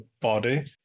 body